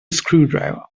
screwdriver